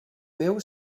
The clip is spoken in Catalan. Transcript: meu